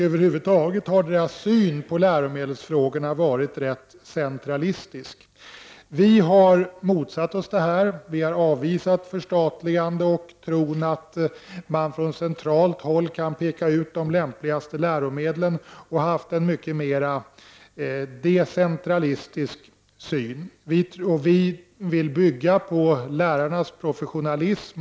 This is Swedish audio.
Över huvud taget har deras syn på läromedelsfrågorna varit rätt centralistisk. Vi motsätter oss detta. Vi avvisar förstatligandet. Vi tror inte att man från centralt håll kan peka ut de lämpligaste läromedlen. Vi har en mycket mera decentralistisk syn. Vi vill bygga på lärarnas professionalism.